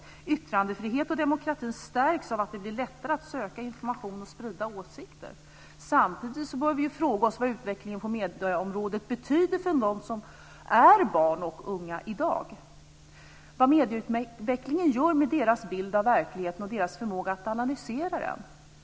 Yttrandefrihet och demokrati stärks av att det blir lättare att söka information och sprida åsikter. Samtidigt bör vi fråga oss vad utvecklingen på medieområdet betyder för dem som är barn och unga i dag, vad medieutvecklingen gör med deras bild av verkligheten och deras förmåga att analysera den.